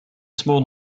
small